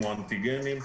כמו אנטיגנים.